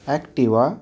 Activa